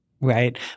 right